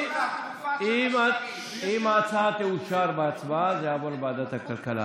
אם ההצעה תאושר בהצבעה, זה יעבור לוועדת הכלכלה.